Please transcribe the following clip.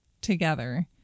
together